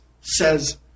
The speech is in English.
says